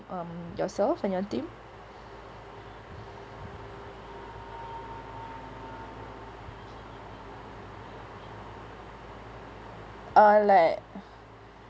um yourself and your team uh like